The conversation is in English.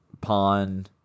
Pawn